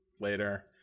later